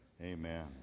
Amen